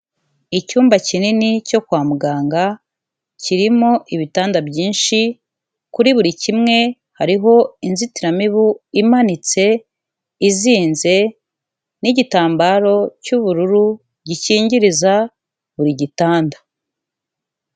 Icyumba kinini cyo kwa muganga kirimo ibitanda byinshi, kuri buri kimwe hariho inzitiramibu imanitse izinze n'igitambaro cy'ubururu gikingiriza buri gitanda.